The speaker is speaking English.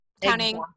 counting